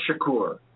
Shakur